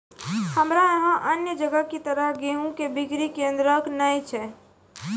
हमरा यहाँ अन्य जगह की तरह गेहूँ के बिक्री केन्द्रऽक नैय छैय?